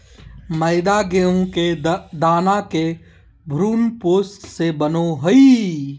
मैदा गेहूं के दाना के भ्रूणपोष से बनो हइ